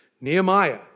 Nehemiah